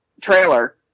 trailer